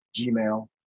gmail